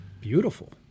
beautiful